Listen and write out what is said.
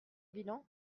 bilan